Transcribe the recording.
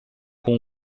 com